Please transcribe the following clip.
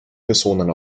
personen